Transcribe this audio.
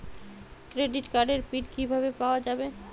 Credit কার্ডের PIN কিভাবে পাওয়া যাবে?